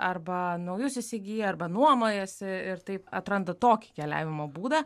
arba naujus įsigyja arba nuomojasi ir taip atranda tokį keliavimo būdą